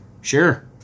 Sure